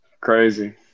Crazy